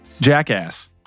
jackass